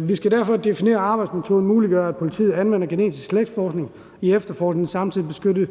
Vi skal derfor præcisere, at arbejdsmetoden muliggør, at politiet anvender genetisk slægtsforskning i efterforskningen, men samtidig beskytter